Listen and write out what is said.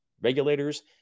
regulators